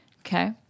Okay